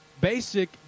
basic